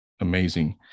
amazing